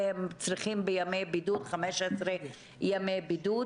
והם צריכים 15 ימי בידוד.